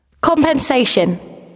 Compensation